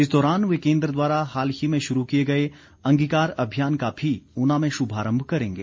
इस दौरान वे केन्द्र द्वारा हाल ही में शुरू किए गए अंगीकार अभियान का भी ऊना में शुभारंभ करेंगे